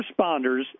responders